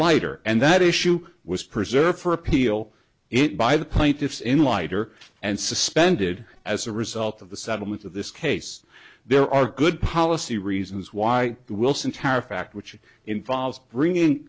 lighter and that issue was preserved for appeal it by the plaintiffs in lighter and suspended as a result of the settlement of this case there are good policy reasons why the wilson tariff act which involves bringing